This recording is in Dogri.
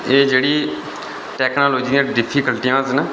एह् जेह्ड़ी टैक्नोलॉजी दियां डिफीकल्टियां न